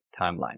timeline